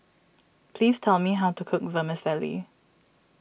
please tell me how to cook Vermicelli